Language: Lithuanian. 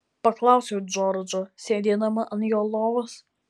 paklausiau džordžo sėdėdama ant jo lovos